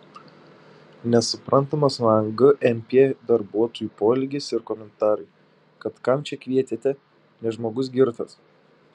nesuprantamas man gmp darbuotojų poelgis ir komentarai kad kam čia kvietėte nes žmogus girtas